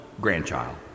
grandchild